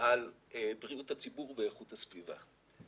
על בריאות הציבור ואיכות הסביבה".